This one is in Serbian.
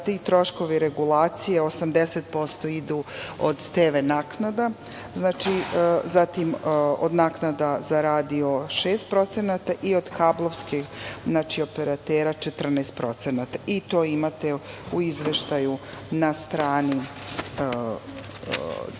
troškovi regulacije 80% idu od TV naknada, zatim, od naknada za radio 6% i od kablovskih operatera 14%. To imate u izveštaju na strani 14,